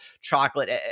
chocolate